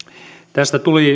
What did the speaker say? tästä tuli